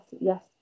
yes